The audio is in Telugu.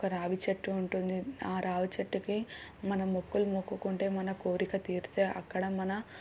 ఒక రావి చెట్టు ఉంటుంది ఆ రావి చెట్టుకి మనం మొక్కలు మొక్కుకుంటే మన కోరిక తీరితే అక్కడ మన